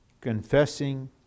confessing